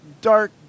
dark